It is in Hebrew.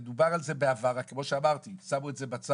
ודובר על זה בעבר, רק כמו שאמרתי, שמו את זה בצד